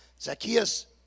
Zacchaeus